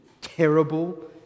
Terrible